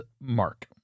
mark